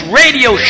radio